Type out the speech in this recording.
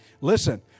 Listen